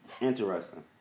Interesting